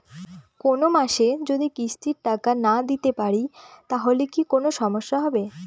কোনমাসে যদি কিস্তির টাকা না দিতে পারি তাহলে কি কোন সমস্যা হবে?